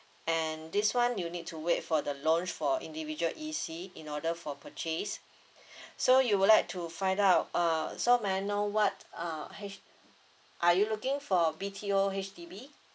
and this one you need to wait for the launch for individual E_C in order for purchase so you would like to find out uh so may I know what uh H~ are you looking for B_T_O H_D_B